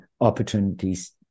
opportunities